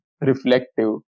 reflective